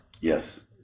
Yes